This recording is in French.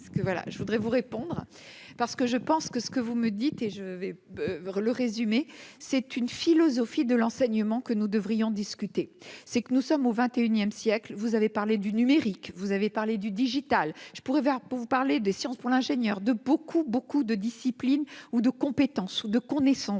je voudrais vous répondre parce que je pense que ce que vous me dites, et je vais voir le résumé, c'est une philosophie de l'enseignement que nous devrions discuter, c'est que nous sommes au XXIe siècle, vous avez parlé du numérique, vous avez parlé du digital, je pourrais faire pour vous parler des sciences pour l'ingénieur de. Beaucoup, beaucoup de discipline ou de compétences ou de connaissances